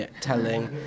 telling